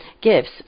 gifts